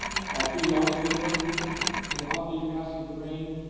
off-duty officer was working in the off-duty capacity at the reign.